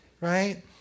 right